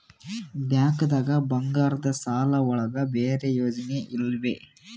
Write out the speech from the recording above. ಬ್ಯಾಂಕ್ದಾಗ ಬಂಗಾರದ್ ಸಾಲದ್ ಒಳಗ್ ಬೇರೆ ಯೋಜನೆ ಇವೆ?